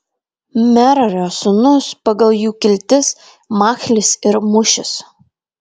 merario sūnūs pagal jų kiltis machlis ir mušis